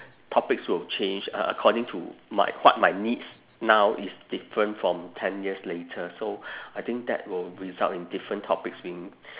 topics will change uh according to what my needs now is different from ten years later so I think that will result in different topics being